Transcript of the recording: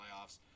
playoffs